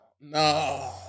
No